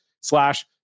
slash